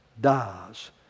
dies